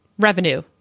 Revenue